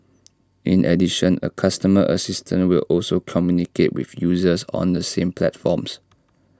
in addition A customer assistant will also communicate with users on the same platforms